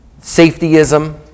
safetyism